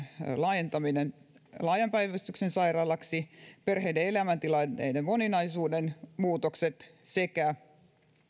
laajentaminen laajan päivystyksen sairaalaksi perheiden elämäntilanteiden moninaisuuden muutokset